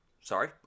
Sorry